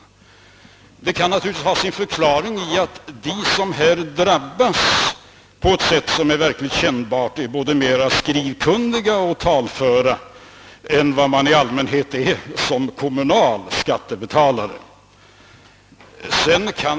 Det kan naturligtvis ha sin förklaring i att de som drabbas av denna på ett verkligt kännbart sätt är både mer skrivkunniga och mera talföra än vad det stora flertalet kommunalskattebetalare i allmänhet är.